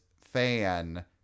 fan